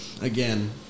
again